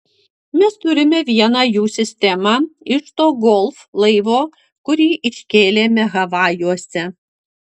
mes turime vieną jų sistemą iš to golf laivo kurį iškėlėme havajuose